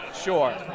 sure